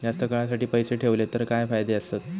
जास्त काळासाठी पैसे ठेवले तर काय फायदे आसत?